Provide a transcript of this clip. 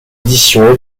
éditions